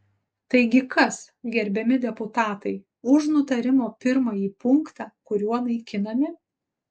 taigi kas gerbiami deputatai už nutarimo pirmąjį punktą kuriuo naikinami